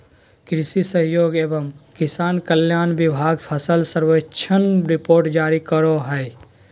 कृषि सहयोग एवं किसान कल्याण विभाग फसल सर्वेक्षण रिपोर्ट जारी करो हय